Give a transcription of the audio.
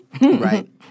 Right